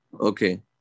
Okay